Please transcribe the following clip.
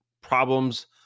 problems